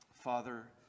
Father